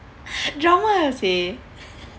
drama seh